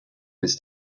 his